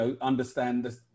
understand